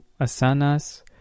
asanas